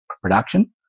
production